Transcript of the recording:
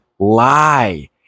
Lie